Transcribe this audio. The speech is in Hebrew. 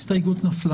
הצבעה הסתייגות 4